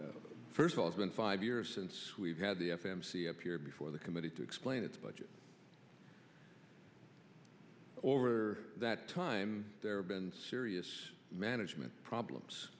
today first of all it's been five years since we've had the f m c appear before the committee to explain its budget over that time there have been serious management problems